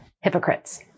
hypocrites